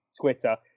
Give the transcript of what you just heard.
Twitter